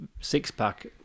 six-pack